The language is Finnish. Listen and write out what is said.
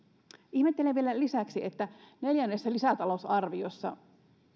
ihmettelen vielä lisäksi että neljännessä lisätalousarviossa